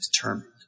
determined